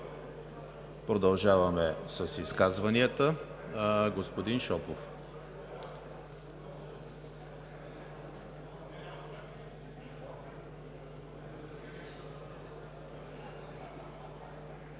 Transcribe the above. Продължаваме с изказванията. Господин Радев,